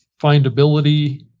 findability